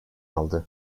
aldı